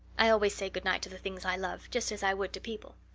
i always say good night to the things i love, just as i would to people.